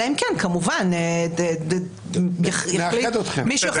אלא אם כן כמובן מישהו יחליט אחרת.